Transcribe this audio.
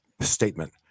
statement